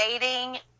dating